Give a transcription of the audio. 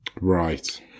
Right